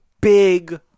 big